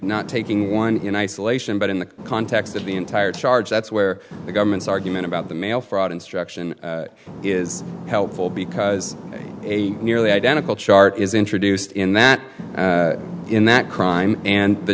not taking one in isolation but in the context of the entire charge that's where the government's argument about the mail fraud instruction is helpful because a nearly identical chart is introduced in that in that crime and the